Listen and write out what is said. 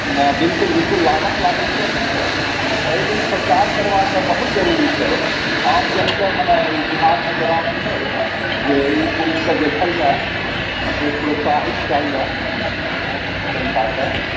नहि बिल्कुल बिल्कुल लागत लागैत छै अपनेकेँ एहि लेल प्रचार करबाक बहुत जरूरी छै आमजनके मने ई दिमागमे देबाक छै जे ई फिल्मके देखल जाय प्रोत्साहित कयल जाय जनताके